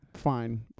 fine